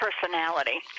personality